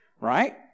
right